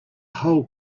whole